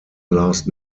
last